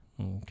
okay